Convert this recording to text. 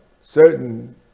certain